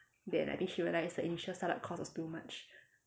then I think she realised the initial start up cost was too much